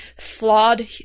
flawed